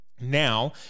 Now